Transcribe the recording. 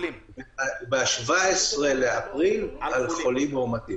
ב-17 באפריל על חולים מאומתים.